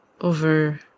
over